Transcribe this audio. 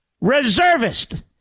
reservist